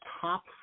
top